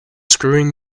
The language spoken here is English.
screwing